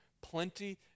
plenty